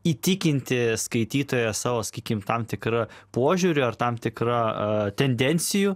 įtikinti skaitytoją savo sakykim tam tikra požiūriu ar tam tikra tendencijų